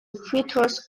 features